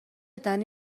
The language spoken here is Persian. دنی